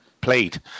played